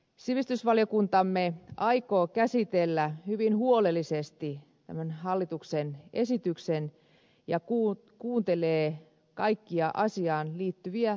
sivistysvaliokuntamme aikoo käsitellä hyvin huolellisesti tämän hallituksen esityksen ja kuuntelee kaikkia asiaan liittyviä tahoja